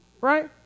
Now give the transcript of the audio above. Right